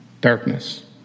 darkness